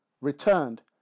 returned